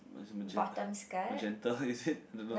what is magenta magenta is it don't know